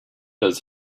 does